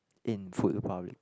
in Food Republic